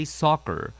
soccer